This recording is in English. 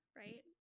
right